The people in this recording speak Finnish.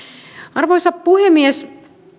arvoisa puhemies